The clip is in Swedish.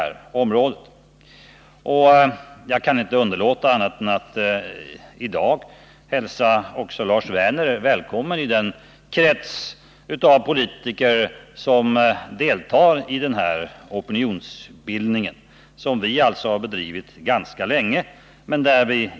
Fredagen den Jag kan inte underlåta att i dag hälsa också Lars Werner välkommen iden 7 december 1979 krets av politiker som deltar i den här opinionsbildninger.